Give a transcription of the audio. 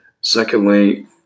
Secondly